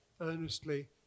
earnestly